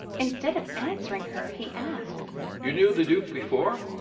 instead of answering her he asked you knew the duke before?